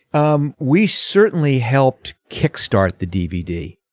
um we certainly helped kickstart the dvd.